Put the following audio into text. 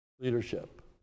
leadership